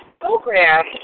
program